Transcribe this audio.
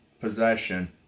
possession